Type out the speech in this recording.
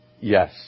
Yes